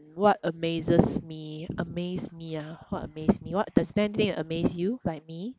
what amazes me amaze me ah what amaze me what does there anything amaze you like me